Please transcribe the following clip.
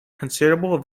considerable